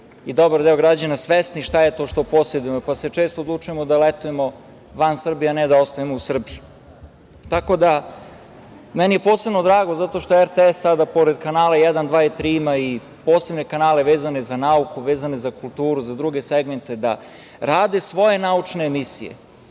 i dobar deo građana, svesni šta je to što posedujemo, pa se često odlučujemo da letujemo van Srbije, a ne da ostajemo u Srbiji. Meni je posebno drago zato što RTS sada pored kanala jedan, dva i tri ima i posebne kanale vezane za nauku, vezane za kulturu, za druge segmente, rade svoje naučne emisije,